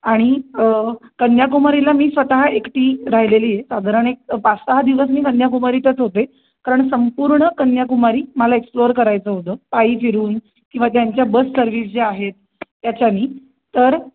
आणि कन्याकुमारीला मी स्वतः एकटी राहिलेली आहे साधारण एक पाच सहा दिवस मी कन्याकुमारीतच होते कारण संपूर्ण कन्याकुमारी मला एक्सप्लोर करायचं होतं पायी फिरून किंवा त्यांच्या बस सर्विस ज्या आहेत त्याच्याने तर